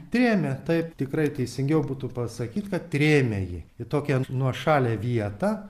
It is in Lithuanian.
trėmė taip tikrai teisingiau būtų pasakyt kad trėmė jį į tokią nuošalią vietą